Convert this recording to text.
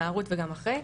נערות וגם אחרי,